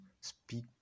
Speak